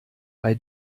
bei